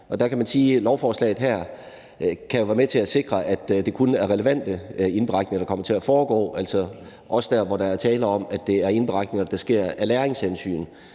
med til at sikre, at det kun er relevante indberetninger, der kommer til at foregå, også der, hvor der er tale om, at det er indberetninger, der sker af læringshensyn.